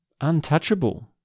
untouchable